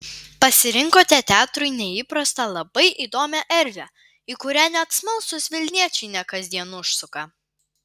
pasirinkote teatrui neįprastą labai įdomią erdvę į kurią net smalsūs vilniečiai ne kasdien užsuka